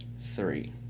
Three